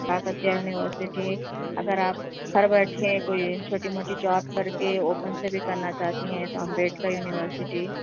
Kakatiya university اگر آپ گھر بیٹھے کوئی چھوٹی موٹی جاب کر کے اوپن سے بھی کرنا چاہتی ہیں تو امبیڈکر یونیورسٹی